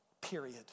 Period